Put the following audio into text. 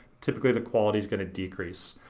typically the quality's gonna decrease,